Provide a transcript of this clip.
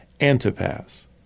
Antipas